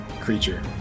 Creature